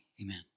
amen